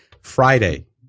Friday